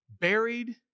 buried